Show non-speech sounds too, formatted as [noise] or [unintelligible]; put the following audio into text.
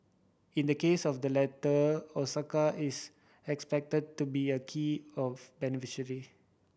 in the case of the latter Osaka is expected to be a key of [unintelligible]